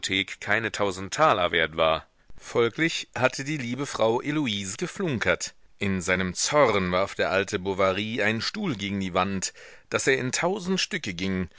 keine tausend taler wert war folglich hatte die liebe frau heloise geflunkert in seinem zorn warf der alte bovary einen stuhl gegen die wand daß er in tausend stücke ging